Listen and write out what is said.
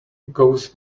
goes